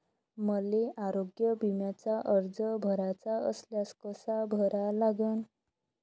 मले आरोग्य बिम्याचा अर्ज भराचा असल्यास कसा भरा लागन?